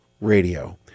radio